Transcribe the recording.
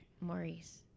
Maurice